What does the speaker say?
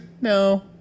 No